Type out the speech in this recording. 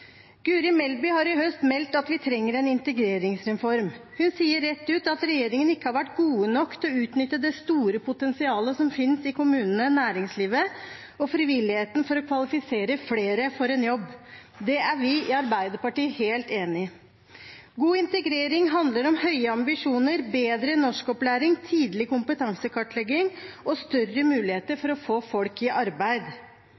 Guri Melby har i høst meldt at vi trenger en integreringsreform. Hun sier rett ut at regjeringen ikke har vært gode nok til å utnytte det store potensialet som finnes i kommunene, næringslivet og frivilligheten for å kvalifisere flere for en jobb. Det er vi i Arbeiderpartiet helt enig i. God integrering handler om høye ambisjoner, bedre norskopplæring, tidlig kompetansekartlegging og større muligheter